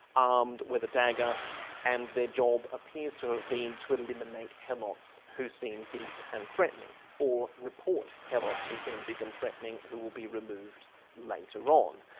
armed with a dagger and their job appears to have been to eliminate helots who seem big and threatening, or report helots who seem big and threatening who will be removed later on.